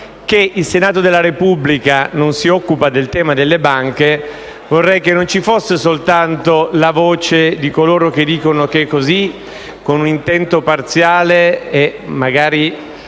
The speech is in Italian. che il Senato della Repubblica non si occupi del tema delle banche. Vorrei quindi che non risultasse soltanto la voce di coloro che dicono che è così, con un intento parziale e finalizzato